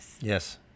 Yes